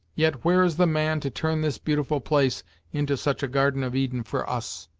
yet where is the man to turn this beautiful place into such a garden of eden for us?